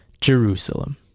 Jerusalem